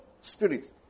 spirit